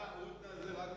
"הודנה" זה רק